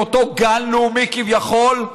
מאותו גן לאומי כביכול.